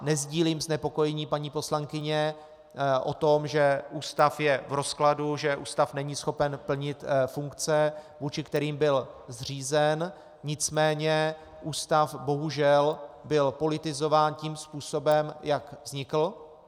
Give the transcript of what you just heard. Nesdílím znepokojení paní poslankyně o tom, že ústav je v rozkladu, že ústav není schopen plnit funkce, vůči kterým byl zřízen, nicméně ústav bohužel byl politizován tím způsobem, jak vznikl.